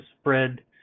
spread